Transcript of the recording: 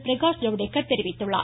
பிரகாஷ் ஜவ்டேகர் தெரிவித்துள்ளார்